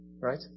right